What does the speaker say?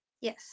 Yes